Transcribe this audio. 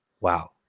wow